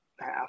half